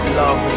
love